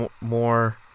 more